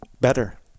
better